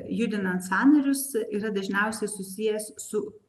judinant sąnarius yra dažniausiai susijęs su